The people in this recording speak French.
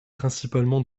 principalement